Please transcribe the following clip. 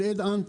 ל"ציד ראשים",